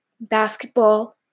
basketball